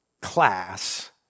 class